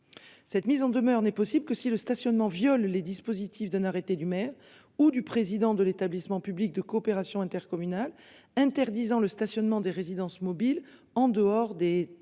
Cette mise en demeure n'est possible que si le stationnement viole les dispositifs d'un arrêté du maire ou du président de l'établissement public de coopération intercommunale interdisant le stationnement des résidences mobiles en dehors des aires